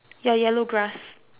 ya yellow grass